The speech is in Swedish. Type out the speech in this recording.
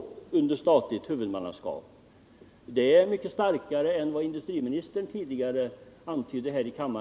Huvudmannaska